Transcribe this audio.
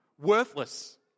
worthless